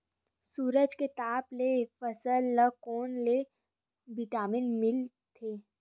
सूरज के ताप ले फसल ल कोन ले विटामिन मिल थे?